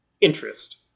interest